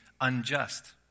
unjust